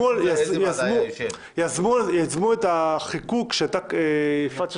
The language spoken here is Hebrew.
יזמו את החיקוק כשהייתה חברת הכנסת